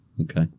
okay